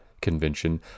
convention